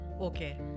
Okay